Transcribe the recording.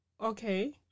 Okay